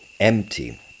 empty